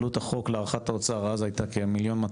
עלות החוק להערכת משרד האוצר אז הייתה כ-1,200,000